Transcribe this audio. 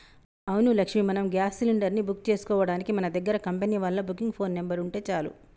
అవును లక్ష్మి మనం gas cylinder ని బుక్ చేసుకోవడానికి మన దగ్గర కంపెనీ వాళ్ళ బుకింగ్ ఫోన్ నెంబర్ ఉంటే చాలు